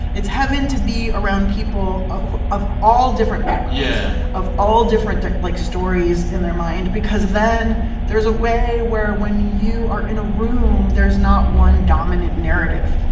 it's heaven to be around people of of all different backgrounds. yeah. of all different, like, stories in their mind because then there's a way where when you are in a room, there's not one dominant narrative i